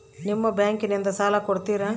ನಿಮ್ಮ ಬ್ಯಾಂಕಿನಿಂದ ಸಾಲ ಕೊಡ್ತೇರಾ?